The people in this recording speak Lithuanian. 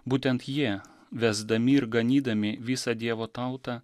būtent jie vesdami ir ganydami visą dievo tautą